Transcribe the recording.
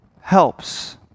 helps